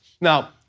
Now